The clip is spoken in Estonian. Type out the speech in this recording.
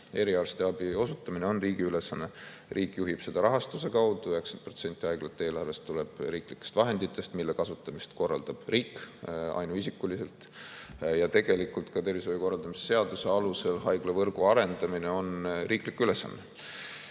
Eriarstiabi osutamine on riigi ülesanne. Riik juhib seda rahastuse kaudu: 90% haiglate eelarvest tuleb riiklikest vahenditest, mille kasutamist korraldab riik ainuisikuliselt. Ja ka tervishoiu[teenuste] korraldamise seaduse alusel on haiglavõrgu arendamine riiklik ülesanne.